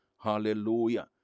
Hallelujah